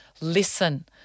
listen